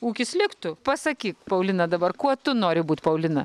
ūkis liktų pasakyk paulina dabar kuo tu nori būt paulina